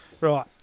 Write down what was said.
Right